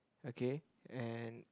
okay and